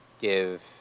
give